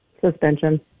Suspension